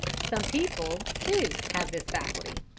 some people, too, have this faculty.